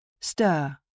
Stir